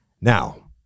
Now